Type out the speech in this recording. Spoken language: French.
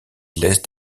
laissent